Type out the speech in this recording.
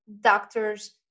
doctors